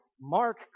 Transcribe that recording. Mark